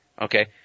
okay